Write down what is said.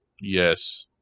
Yes